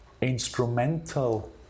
instrumental